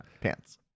pants